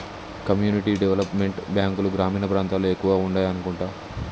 community development బ్యాంకులు గ్రామీణ ప్రాంతాల్లో ఎక్కువగా ఉండాయనుకుంటా